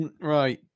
Right